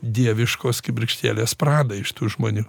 dieviškos kibirkštėlės pradą iš tų žmonių